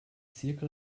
zirkel